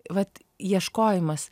vat ieškojimas